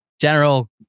general